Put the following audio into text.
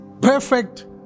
perfect